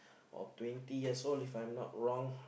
or twenty years old if I'm not wrong